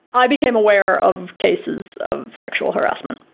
i became aware of cases of sexual harassment.